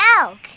Elk